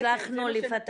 הצלחנו לפתח -- צודקת.